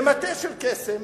במטה של קסם